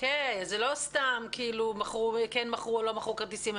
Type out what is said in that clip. אז זה לא סתם שאלה של כן מכרו או לא מכרו כרטיסים,